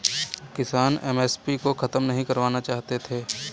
किसान एम.एस.पी को खत्म नहीं करवाना चाहते थे